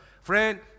Friend